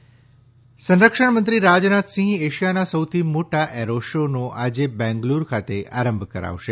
Rajnath aero India સંરક્ષણ મંત્રી રાજનાથસીંહ એશિયાના સૌથી મોટા એરો શો નો આજે બેંગલુરુ ખાતે આરંભ કરાવશે